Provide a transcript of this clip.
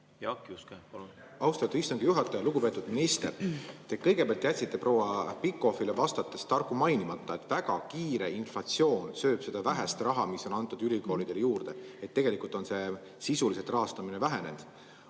Jaak Juske, palun! Austatud istungi juhataja! Lugupeetud minister! Te kõigepealt jätsite proua Pikhofile vastates targu mainimata, et väga kiire inflatsioon sööb seda vähest raha, mis on antud ülikoolidele juurde, nii et tegelikult on rahastamine sisuliselt vähenenud.